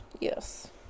yes